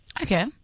Okay